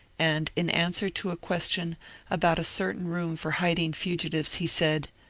and in answer to a question about a certain room for hiding fugitives he said,